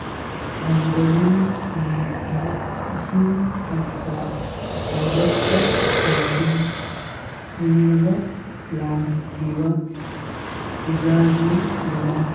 ꯔꯪꯒꯣꯂꯤ ꯅꯨꯃꯤꯠꯇ ꯏꯁꯤꯡ ꯀꯠꯄ ꯂꯥꯏꯕꯛꯇ ꯀꯨꯝ ꯀꯨꯝ ꯁꯦꯡꯂꯕ ꯂꯥꯡ ꯀꯤꯕ ꯄꯨꯖꯥꯒꯤꯗꯃꯛ